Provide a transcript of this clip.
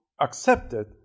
accepted